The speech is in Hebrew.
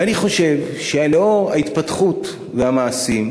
ואני חושב שעקב ההתפתחות והמעשים